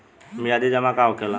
मियादी जमा का होखेला?